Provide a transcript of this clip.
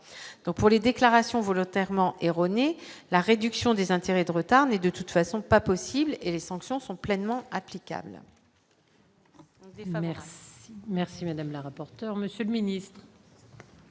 donc pour les déclarations volontairement et la réduction des intérêts de retard n'est de toute façon pas possible et les sanctions sont pleinement applicables. Et merci, merci, madame la rapporteur, Monsieur le Ministre.